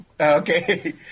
Okay